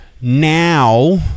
now